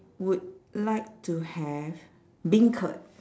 would like to have beancurd